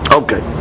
okay